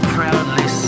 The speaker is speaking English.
Proudly